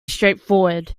straightforward